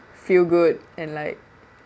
feel good and like